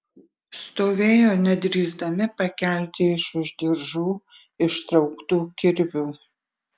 stovėjo nedrįsdami pakelti iš už diržų ištrauktų kirvių